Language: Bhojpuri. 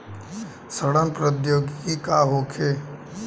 सड़न प्रधौगिकी का होखे?